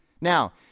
Now